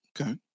Okay